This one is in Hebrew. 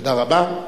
תודה רבה.